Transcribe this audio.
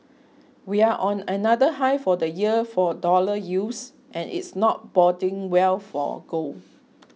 we're on another high for the year for dollar yields and it's not boding well for gold